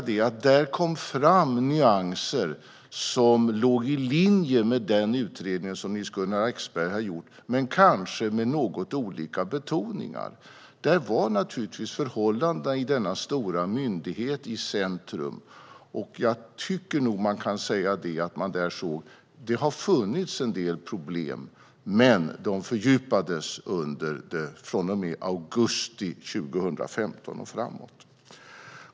Där kom fram nyanser som låg i linje med den utredning som Hans-Gunnar Axberger har gjort men kanske med något olika betoningar. Där var naturligtvis förhållandena i denna stora myndighet i centrum. Jag tycker nog att man kan säga att man där såg att det har funnits en del problem men att de fördjupades under augusti 2015 och framåt.